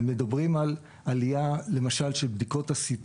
מדברים על עלייה למשל של בדיקות ה-CT